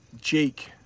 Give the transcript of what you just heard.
Jake